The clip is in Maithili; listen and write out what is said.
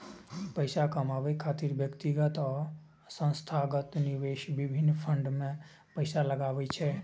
पैसा कमाबै खातिर व्यक्तिगत आ संस्थागत निवेशक विभिन्न फंड मे पैसा लगबै छै